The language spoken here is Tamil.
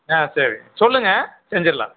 ஆ சரிங்க சொல்லுங்கள் செஞ்சிடலான்